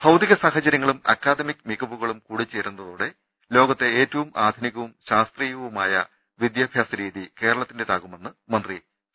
ഭൌതിക സാഹചര്യങ്ങളും അക്കാദമിക് മികവുകളും കൂടിച്ചേരുന്ന തോടെ ലോകത്തെ ഏറ്റവും ആധുനികവും ശാസ്ത്രീയവുമായ വിദ്യാ ഭ്യാസരീതി കേരളത്തിന്റേതാകുമെന്ന് മന്ത്രി സി